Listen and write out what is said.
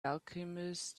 alchemist